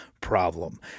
problem